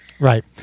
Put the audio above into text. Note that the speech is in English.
Right